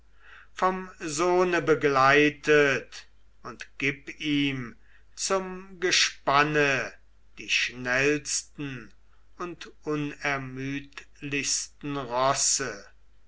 vom sohne begleitet und gib ihm zum gespanne die schnellsten und unermüdlichsten rosse